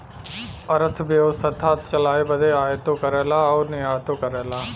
अरथबेवसथा चलाए बदे आयातो करला अउर निर्यातो करला